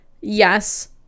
Yes